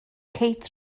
kate